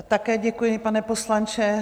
Také děkuji, pane poslanče.